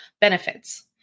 benefits